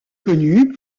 connu